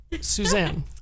Suzanne